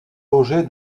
loger